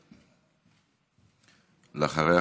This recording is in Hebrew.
ואחריה,